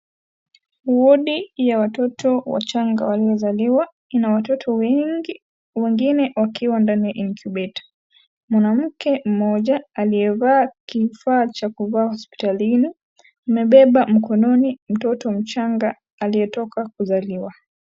Wodi, ya watoto, wachanga walio zaliwa, ina watoto wengi, wengine wakiwa ndani ya (cs)incubator(cs), mwanamke mmoja aliye vaa kifaa cha kuvaa hospitalini, amebeba mkononi mtoo mchanga aliyetoka kuzaliwa.